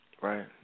Right